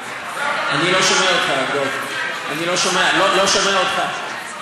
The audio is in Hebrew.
אני לא שומע אותך, דב, לא שומע אותך.